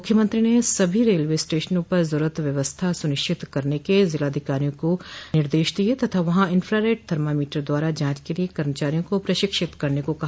मुख्यमंत्री ने सभी रेलवे स्टेशनों पर जरूरत व्यवस्था सुनिश्चित करने के जिलाधिकारियों को निर्देश दिये तथा वहां इन्फ्रारेड थर्मामीटर द्वारा जांच के लिये कर्मचारियों को प्रशिक्षित करने को कहा